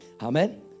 Amen